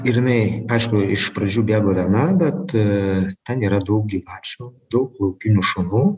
ir jinai aišku iš pradžių bėgo viena bet ten yra daug gyvačių daug laukinių šunų